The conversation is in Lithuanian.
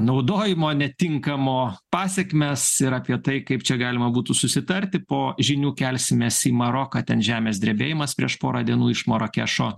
naudojimo netinkamo pasekmes ir apie tai kaip čia galima būtų susitarti po žinių kelsimės į maroką ten žemės drebėjimas prieš porą dienų iš marakešo